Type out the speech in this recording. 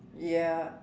ya